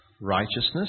righteousness